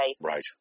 right